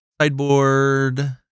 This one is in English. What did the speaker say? Sideboard